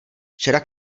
včera